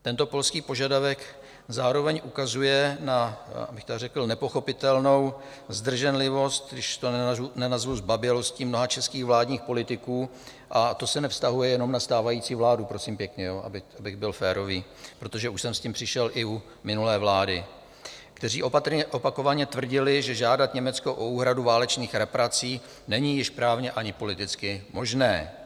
Tento polský požadavek zároveň ukazuje na abych tak řekl nepochopitelnou zdrženlivost, když to nenazvu zbabělostí, mnoha českých vládních politiků a to se nevztahuje jenom na stávající vládu, prosím pěkně, abych byl férový, protože už jsem s tím přišel i u minulé vlády kteří opakovaně tvrdili, že žádat Německo o úhradu válečných reparací není již právně ani politicky možné.